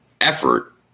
effort